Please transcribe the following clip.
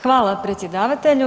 Hvala, predsjedavatelju.